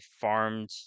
farmed